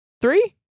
Three